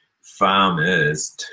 farmers